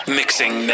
mixing